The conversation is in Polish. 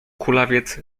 kulawiec